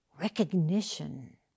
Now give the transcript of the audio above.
recognition